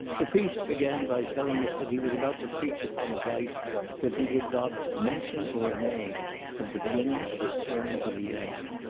the priest began by telling us, that he was about to preach upon a vice that he would not mention or name from the beginning of his sermon to the end.